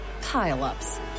pile-ups